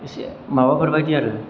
इसे माबाफोर बायदि आरो